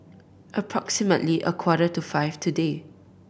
approximately a quarter to five today